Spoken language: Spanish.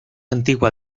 antigua